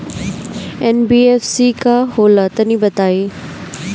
NBFC का होला तनि बताई?